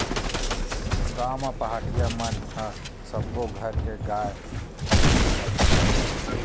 गाँव म पहाटिया मन ह सब्बो घर के गाय, भइसी ल चराथे